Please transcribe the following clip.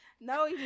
No